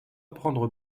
prendre